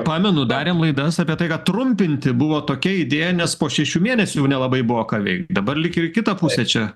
pamenu darėm laidas apie tai kad trumpinti buvo tokia idėja nes po šešių mėnesių nelabai buvo ką veikt dabar lyg jau į kitą pusę čia